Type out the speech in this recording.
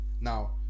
now